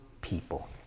people